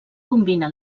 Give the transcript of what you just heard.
combina